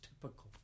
typical